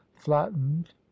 flattened